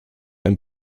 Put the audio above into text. ein